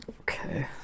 Okay